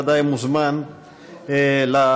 ודאי מוזמן לדוכן.